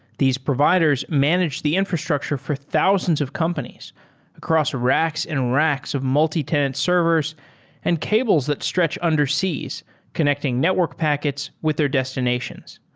these providers manage the infrastructure for thousands of companies across racks and racks of multitenant servers and cables that stretch under seas connecting network packets with their destinations.